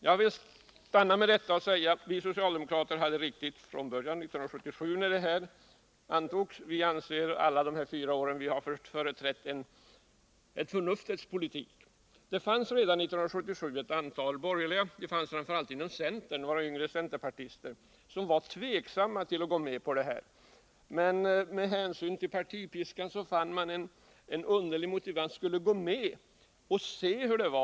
Det får räcka med det anförda, men jag vill bara säga att vi socialdemokrater gjorde den riktiga bedömningen redan 1977 då Sverige gick in i banken. Vi anser att vi under de här fyra åren har företrätt en förnuftets politik. Redan 1977 fanns det ett antal borgerliga — framför allt inom centern, och där särskilt några yngre centerpartister — som tvekade. Men med hänsyn till partipiskan tog man till den underliga motiveringen att vi skulle gå med i banken och se hur det var.